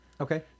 Okay